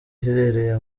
iherereye